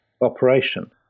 operation